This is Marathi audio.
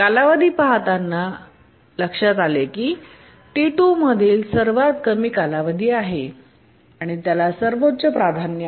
कालावधी पाहताना आणि लक्षात आले की T2 मध्ये सर्वात कमी कालावधी आहे आणि त्याला सर्वोच्च प्राधान्य आहे